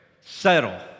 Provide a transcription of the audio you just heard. settle